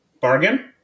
bargain